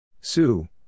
Sue